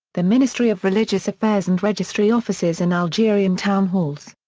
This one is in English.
the ministry of religious affairs and registry offices in algerian town halls.